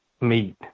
meat